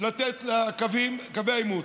לקווי העימות.